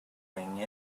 ring